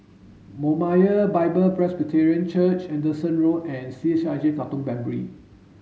Moriah Bible Presby Church Anderson Road and C H I J Katong Primary